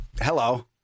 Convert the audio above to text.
Hello